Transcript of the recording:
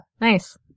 Nice